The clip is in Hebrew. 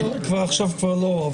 עכשיו כבר לא.